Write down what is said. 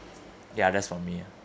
ya that's for me ah